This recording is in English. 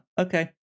okay